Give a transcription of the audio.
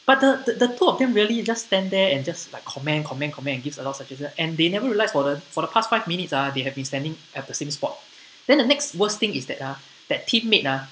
but the the two of them really just stand there and just like comment comment comment and gives a lot of suggestion and they never realised for the for the past five minutes ah they have been standing at the same spot then the next worst thing is that ah that teammate ah